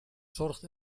zorgt